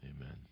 amen